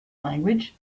language